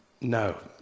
No